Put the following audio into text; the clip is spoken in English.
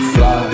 Fly